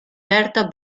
bertha